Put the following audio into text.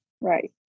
Right